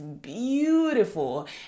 beautiful